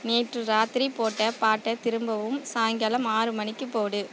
நேற்று ராத்திரி போட்ட பாட்டை திரும்பவும் சாய்ங்காலம் ஆறு மணிக்கு போடு